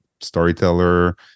storyteller